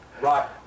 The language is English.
Right